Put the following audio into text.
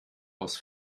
aus